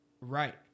Right